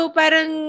parang